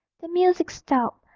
the music stopped,